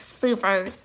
super